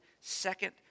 second